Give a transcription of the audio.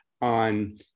on